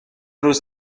روز